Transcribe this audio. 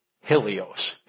Helios